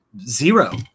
zero